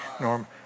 Norm